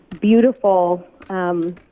beautiful